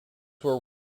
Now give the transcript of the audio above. were